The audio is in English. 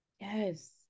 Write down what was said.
Yes